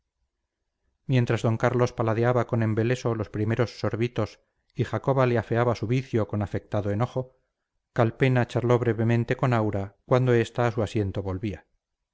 mientras d carlos paladeaba con embeleso los primeros sorbitos y jacoba le afeaba su vicio con afectado enojo calpena charló brevemente con aura cuando esta a su asiento volvía